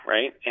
Right